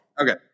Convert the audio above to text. Okay